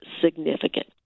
significant